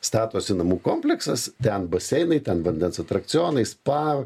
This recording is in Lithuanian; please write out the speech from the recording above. statosi namų kompleksas ten baseinai ten vandens atrakcionai spa